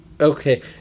okay